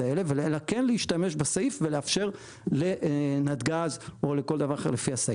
האלה אלא כן להשתמש בסעיף ולאפשר לנתג"ז או לכל דבר אחר לפי הסעיף.